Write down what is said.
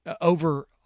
over